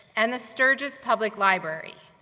and the sturgis public library.